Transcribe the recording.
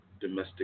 domestic